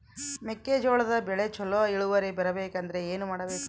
ಮೆಕ್ಕೆಜೋಳದ ಬೆಳೆ ಚೊಲೊ ಇಳುವರಿ ಬರಬೇಕಂದ್ರೆ ಏನು ಮಾಡಬೇಕು?